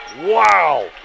Wow